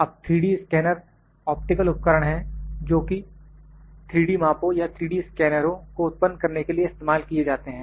अब 3D scanner optical उपकरण हैं जोकि 3D मापों या 3D स्कैनरों को उत्पन्न करने के लिए इस्तेमाल किए जाते हैं